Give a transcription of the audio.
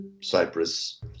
cyprus